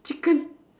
chicken